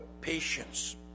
patience